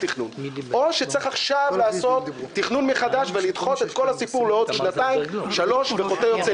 אנחנו לא נכנסים ל-2.5 דונם,